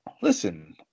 listen